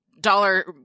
dollar